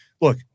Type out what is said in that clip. look